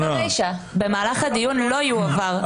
"במהלך הדיון לא יועבר".